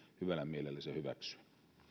hyvällä mielellä sen hyväksyä